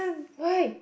why